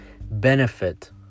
benefit